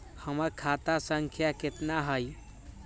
हमर खाता संख्या केतना हई?